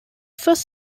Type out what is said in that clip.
first